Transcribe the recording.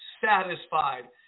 satisfied